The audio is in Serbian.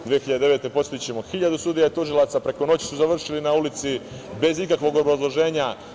Godine 2009. podsetićemo, hiljadu sudija i tužilaca preko noći su završili na ulici bez ikakvog obrazloženja.